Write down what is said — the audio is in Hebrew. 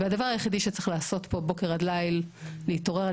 הדבר היחידי שצריך לעשות פה מבוקר עד ליל זה להתעורר,